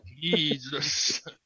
Jesus